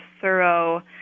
thorough